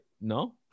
No